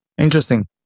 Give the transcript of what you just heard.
Interesting